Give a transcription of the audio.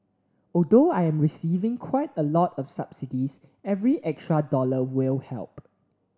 although I'm receiving quite a lot of subsidies every extra dollar will help